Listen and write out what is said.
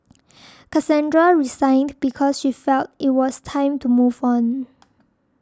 Cassandra resigned because she felt it was time to move on